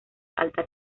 alta